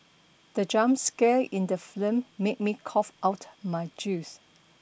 the jump scare in the film made me cough out my juice